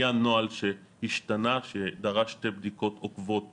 היה נוהל שהשתנה שדרך שתי בדיקות עוקבות שליליות,